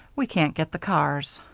we can't get the cars.